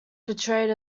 portrayed